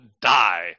die